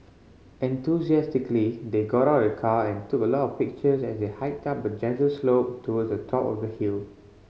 enthusiastically they got out of the car and took a lot of pictures as they hiked up a gentle slope towards the top of the hill